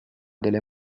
delle